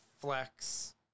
flex